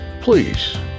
Please